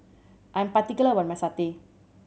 I am particular about my satay